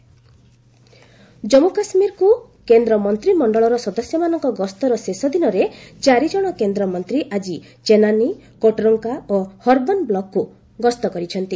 JK reach out programme Jammu କାଶ୍ମୀରକୁ କେନ୍ଦ୍ର ମନ୍ତ୍ରିମଣ୍ଡଳର ସଦସ୍ୟମାନଙ୍କ ଗସ୍ତର ଶେଷଦିନରେ ଚାରିଜଣ କେନ୍ଦ୍ରମନ୍ତ୍ରୀ ଆଜି ଚେନ୍ନାନି କୋଟରଙ୍କା ଓ ହରବନ୍ ବ୍ଲକକୁ ଗସ୍ତ କରିଛନ୍ତି